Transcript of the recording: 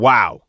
Wow